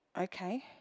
Okay